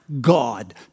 God